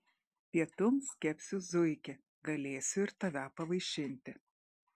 pietums kepsiu zuikį galėsiu ir tave pavaišinti